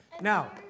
Now